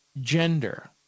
Gender